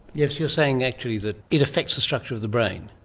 yes, you're saying actually that it affects the structure of the brain,